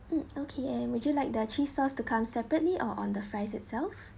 mm okay and would you like the cheese sauce to come separately or on the fries itself